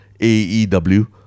AEW